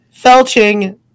felching